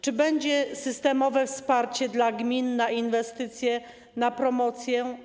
Czy będzie systemowe wsparcie dla gmin na inwestycje, na promocję?